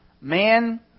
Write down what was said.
man